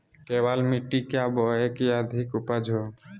केबाल मिट्टी क्या बोए की अधिक उपज हो?